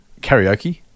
Karaoke